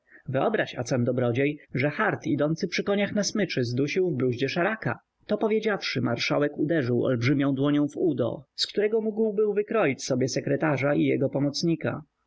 wyobraź acan dobrodziej że chart idący przy koniach na smyczy zdusił w bruździe szaraka to powiedziawszy marszałek uderzył olbrzymią dłonią w udo z którego mógł był wyciąć sobie sekretarza i jego pomocnika